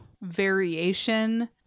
variation